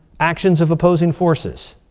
actions of opposing forces.